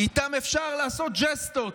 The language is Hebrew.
איתם אפשר לעשות ג'סטות.